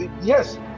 yes